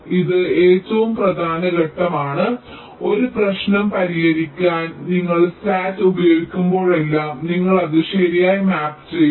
ഇത് ഏറ്റവും പ്രധാനപ്പെട്ട ഘട്ടമാണ് ഒരു പ്രശ്നം പരിഹരിക്കാൻ നിങ്ങൾ SAT ഉപയോഗിക്കുമ്പോഴെല്ലാം നിങ്ങൾ അത് ശരിയായി മാപ്പ് ചെയ്യണം